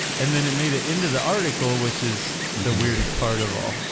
and then it made it into the article which is the weirdest part of all.